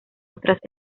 otras